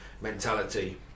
mentality